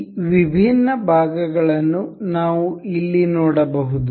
ಈ ವಿಭಿನ್ನ ಭಾಗಗಳನ್ನು ನಾವು ಇಲ್ಲಿ ನೋಡಬಹುದು